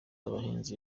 abahinzi